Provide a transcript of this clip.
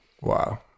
wow